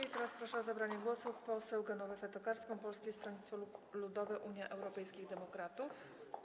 I teraz proszę o zabranie głosu poseł Genowefę Tokarską, Polskie Stronnictwo Ludowe - Unia Europejskich Demokratów.